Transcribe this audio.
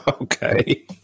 okay